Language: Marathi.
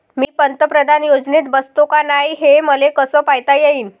मी पंतप्रधान योजनेत बसतो का नाय, हे मले कस पायता येईन?